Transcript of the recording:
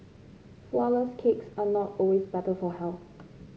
flourless cakes are not always better for health